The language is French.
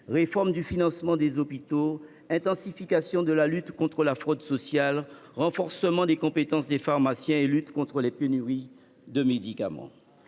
réforme du financement des hôpitaux, l’intensification de la lutte contre la fraude sociale, le renforcement des compétences des pharmaciens et la lutte contre les pénuries de médicaments…